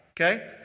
Okay